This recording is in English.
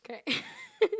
correct